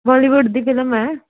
Bollywood ਦੀ film ਹੈ